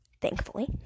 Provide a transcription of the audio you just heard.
thankfully